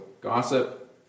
gossip